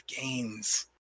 games